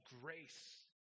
grace